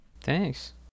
thanks